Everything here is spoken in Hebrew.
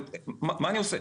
מה אני עושה,